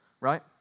right